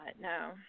no